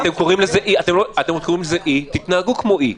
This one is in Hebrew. אם אתם קוראים לזה אי, תתייחסו אליו כמו אל אי.